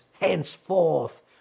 henceforth